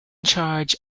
charge